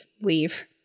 leave